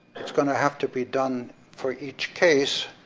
it's gonna have to be done for each case,